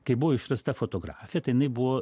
kai buvo išrasta fotografija tai jinai buvo